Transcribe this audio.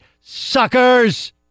suckers